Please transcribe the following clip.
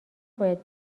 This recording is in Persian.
باید